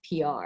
PR